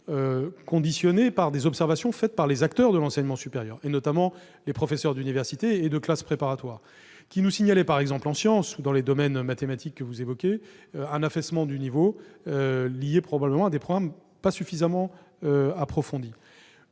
conditionné par les observations des acteurs de l'enseignement supérieur, notamment les professeurs d'université et de classes préparatoires, qui nous ont signalé, par exemple en sciences ou dans les disciplines mathématiques que vous évoquez, un affaissement du niveau, probablement lié au fait que les programmes ne sont pas suffisamment approfondis.